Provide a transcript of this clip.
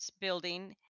building